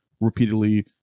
repeatedly